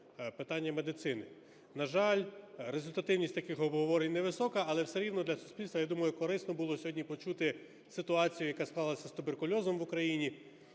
питання медицини. На жаль, результативність таких обговорень невисока, але все рівно для суспільства, я думаю, корисно було сьогодні почути ситуацію, яка склалася з туберкульозом в Україні.